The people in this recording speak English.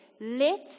let